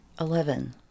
Eleven